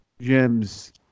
gems